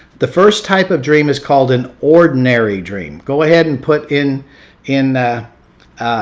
the first type of dream is called an ordinary dream. go ahead and put in in the